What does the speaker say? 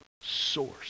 source